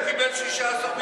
הוא קיבל 16 מיליון שקל.